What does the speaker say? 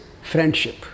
Friendship